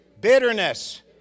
bitterness